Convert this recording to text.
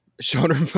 shoulder